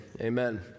Amen